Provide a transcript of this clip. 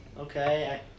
Okay